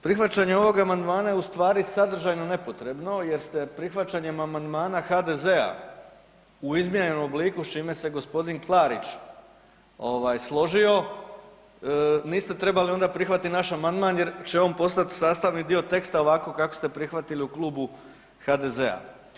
Prihvaćanje ovog amandmana je u stvari sadržajno nepotrebno jer se prihvaćanjem amandmana HDZ-a u izmijenjenom obliku s čime se gospodin Klarić složio niste trebali onda prihvatiti naš amandman jer će on postati sastavni dio teksta ovako kako ste prihvatili u klubu HDZ-a.